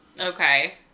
Okay